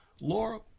Laura